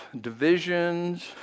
divisions